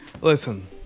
Listen